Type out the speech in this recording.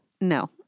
No